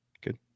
Good